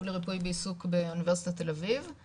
לריפוי ועיסוק באוניברסיטת תל אביב,